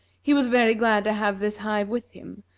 he was very glad to have this hive with him,